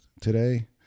today